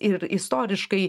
ir istoriškai